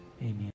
Amen